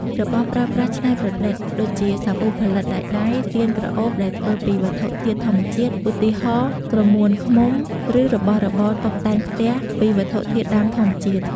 របស់ប្រើប្រាស់ច្នៃប្រឌិត ដូចជា សាប៊ូផលិតដោយដៃ ទៀនក្រអូបដែលធ្វើពីវត្ថុធាតុធម្មជាតិ ឧទាហរណ៍ ក្រមួនឃ្មុំ ឬរបស់របរតុបតែងផ្ទះពីវត្ថុធាតុដើមធម្មជាតិ។